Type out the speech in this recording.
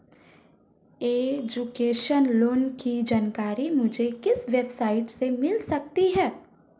Education loan की जानकारी मुझे किस वेबसाइट से मिल सकती है?